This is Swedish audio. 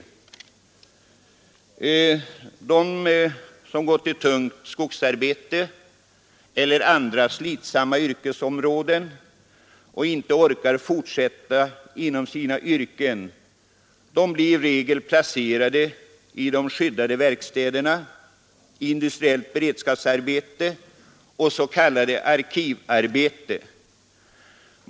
De som har gått i tungt skogsarbete eller i andra slitsamma yrken och som inte orkar fortsätta där blir i regel placerade i skyddade verkstäder, i industriellt beredskapsarbete och i s.k. arkivarbete.